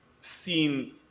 seen